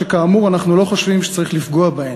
שכאמור אנחנו לא חושבים שצריך לפגוע בהן.